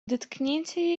dotknięcie